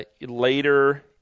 Later